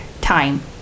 time